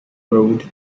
road